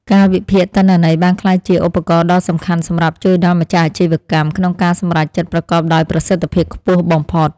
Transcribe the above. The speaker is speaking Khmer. ការវិភាគទិន្នន័យបានក្លាយជាឧបករណ៍ដ៏សំខាន់សម្រាប់ជួយដល់ម្ចាស់អាជីវកម្មក្នុងការសម្រេចចិត្តប្រកបដោយប្រសិទ្ធភាពខ្ពស់បំផុត។